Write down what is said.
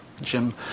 Jim